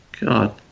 God